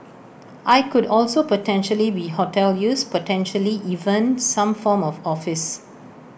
I could also potentially be hotel use potentially even some form of office